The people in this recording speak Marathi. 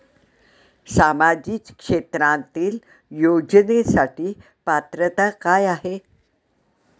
सामाजिक क्षेत्रांतील योजनेसाठी पात्रता काय आहे?